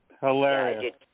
Hilarious